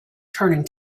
turning